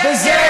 שקר.